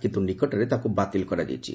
କିନ୍ତୁ ନିକଟରେ ତାକୁ ବାତିଲ କରାଯାଇଛି